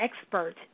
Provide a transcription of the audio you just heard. expert